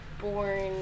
born